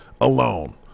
alone